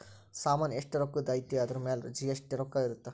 ಸಾಮನ್ ಎಸ್ಟ ರೊಕ್ಕಧ್ ಅಯ್ತಿ ಅದುರ್ ಮೇಲೆ ಜಿ.ಎಸ್.ಟಿ ರೊಕ್ಕ ಇರುತ್ತ